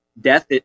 death